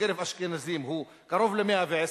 ובקרב אשכנזים הוא קרוב ל-110%.